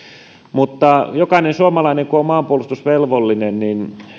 mutta kun jokainen suomalainen on maanpuolustusvelvollinen niin